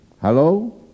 hello